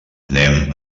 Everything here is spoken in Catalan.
anem